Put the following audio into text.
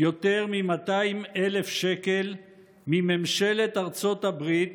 יותר מ-200,000 שקל מממשלת ארצות הברית